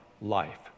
life